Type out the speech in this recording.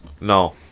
No